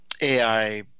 ai